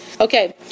Okay